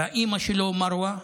והאימא שלו מרווה.